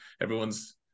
everyone's